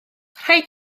rhaid